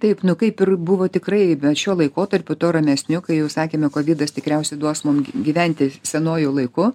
taip kaip ir buvo tikrai bet šiuo laikotarpiu tuo ramesniu kai jau sakėme kovidas tikriausiai duos mum gyventi senuoju laiku